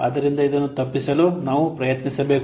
ಆದ್ದರಿಂದ ಇದನ್ನು ತಪ್ಪಿಸಲು ನಾವು ಪ್ರಯತ್ನಿಸಬೇಕು